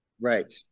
Right